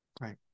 Right